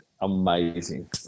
amazing